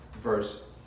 verse